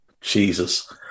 Jesus